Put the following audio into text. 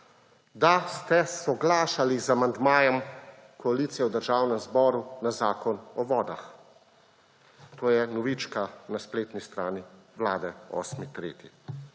da ste soglašali z amandmajem koalicije v Državnem zboru na Zakon o vodah. To je novička na spletni strani Vlade 8. 3.